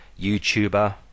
YouTuber